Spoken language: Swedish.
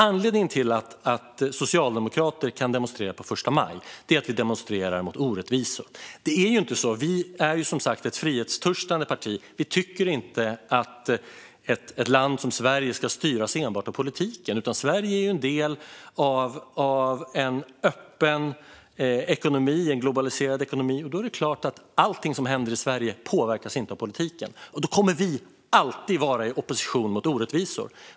Anledningen till att socialdemokrater kan demonstrera på första maj är att vi demonstrerar mot orättvisor. Vi är som sagt ett frihetstörstande parti, och vi tycker inte att ett land som Sverige ska styras enbart av politiken. Sverige är en del av en öppen, globaliserad ekonomi, och allting som händer i Sverige påverkas inte av politiken. Då kommer vi alltid att vara i opposition mot orättvisor.